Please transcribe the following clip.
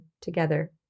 together